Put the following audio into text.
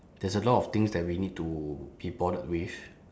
there's a lot of things that we need to be bothered with